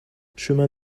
chemin